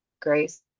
grace